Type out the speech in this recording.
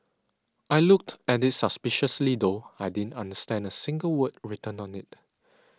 I looked at it suspiciously though I didn't understand a single word written on it